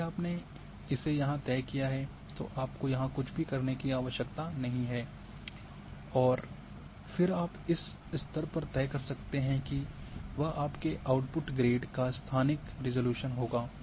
यदि आपने इसे यहां तय किया है तो आपको यहां कुछ भी करने की आवश्यकता नहीं है और फिर आप इस स्तर पर तय कर सकते है वह आपके आउटपुट ग्रेड का स्थानिक रेसोलुशन होगा